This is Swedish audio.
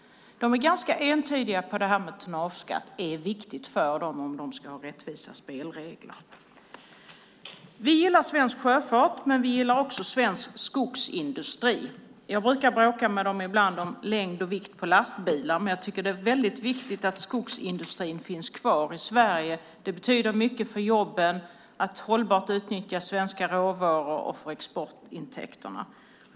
De är ganska entydiga med att tonnageskatt är viktigt för dem om de ska ha rättvisa spelregler. Vi gillar svensk sjöfart, men vi gillar också svensk skogsindustri. Jag brukar ibland bråka med dem om längd och vikt på lastbilar, men jag tycker att det är väldigt viktigt att skogsindustrin finns kvar i Sverige. Det betyder mycket för jobben, för ett hållbart utnyttjande av svenska råvaror och för exportintäkterna.